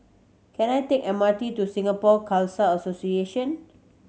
can I take M R T to Singapore Khalsa Association